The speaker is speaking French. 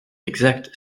exacts